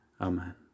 Amen